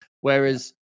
Whereas